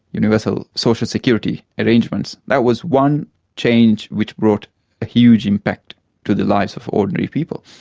universal social security arrangements that was one change which brought a huge impact to the lives of ordinary people.